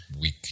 Weak